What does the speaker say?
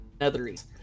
netheries